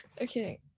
okay